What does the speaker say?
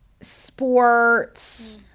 sports